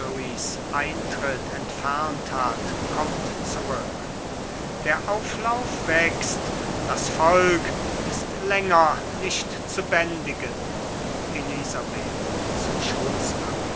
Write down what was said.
eintritt entfernt hat kommt zurück der auflauf wächst das volk ist länger nicht zu bändigen elisabeth zu